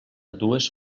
dues